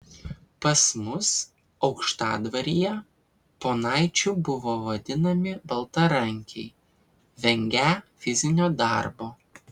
pas mus aukštadvaryje ponaičiu buvo vadinami baltarankiai vengią fizinio darbo